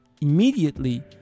immediately